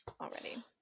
Already